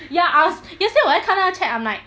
ya I was yesterday 我在看她那 chat I'm like